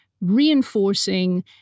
reinforcing